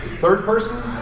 third-person